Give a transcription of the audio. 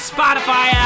Spotify